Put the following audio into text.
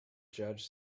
judge